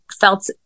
felt